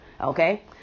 okay